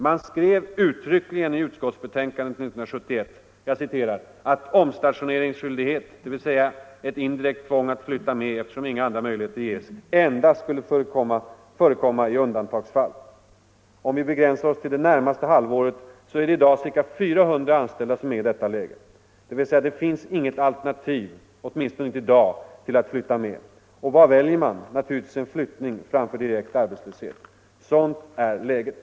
Man skrev ut tryckligen i utskottsbetänkandet 1971 att omstationeringsskyldighet, dvs. — Nr 77 ett indirekt tvång att flytta med, eftersom inga andra möjligheter ges, Måndagen den endast skulle förekomma i undantagsfall. Om vi begränsar oss till det 12 maj 1975 närmaste halvåret är det i dag ca 400 anställda som är i detta läge, dvs, =. det finns inget alternativ — åtminstone inte i dag — till att flytta med. - Om omplaceringen Och vad väljer man? Naturligtvis en flyttning framför direkt arbetslöshet. — av statsanställd som Sådant är läget.